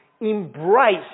embrace